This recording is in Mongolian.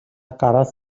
гараас